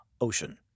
ocean